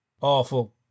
awful